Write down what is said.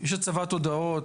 יש הצבת הודעות.